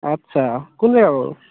আচ্ছা কোন জেগা বাৰু